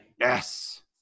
Yes